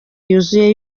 yuzuye